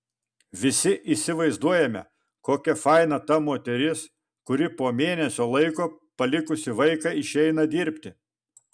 visi įsivaizduojame kokia faina ta moteris kuri po mėnesio laiko palikusi vaiką išeina dirbti